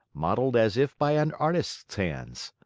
modeled as if by an artist's hands.